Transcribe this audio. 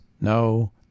no